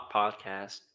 podcast